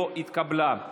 לא התקבלה.